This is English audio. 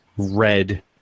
red